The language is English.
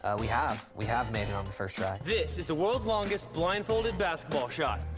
ah we have. we have made it on the first try. this is the world's longest blindfolded basketball shot.